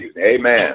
Amen